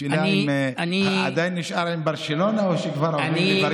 השאלה היא אם הוא עדיין נשאר עם ברצלונה או שכבר עבר לפריז